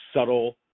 subtle